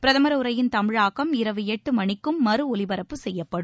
பிரதமர் உரையின் தமிழாக்கம் இரவு எட்டு மணிக்கும் மறுஒலிபரப்பு செய்யப்படும்